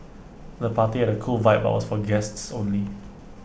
the party had A cool vibe but was for guests only